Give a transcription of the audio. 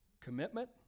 commitment